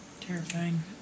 Terrifying